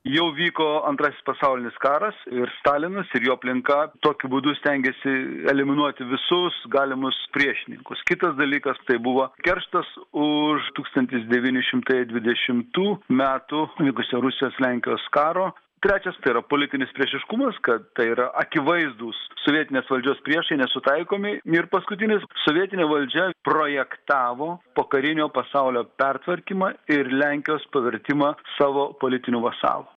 jau vyko antrasis pasaulinis karas ir stalinas ir jo aplinka tokiu būdu stengėsi eliminuoti visus galimus priešininkus kitas dalykas tai buvo kerštas už tūkstantis devyni šimtai dvidešimtų metų vykusio rusijos lenkijos karo trečias tai yra politinis priešiškumas kad tai yra akivaizdūs sovietinės valdžios priešai nesutaikomi ir paskutinis sovietinė valdžia projektavo pokarinio pasaulio pertvarkymą ir lenkijos pavertimą savo politiniu vasalu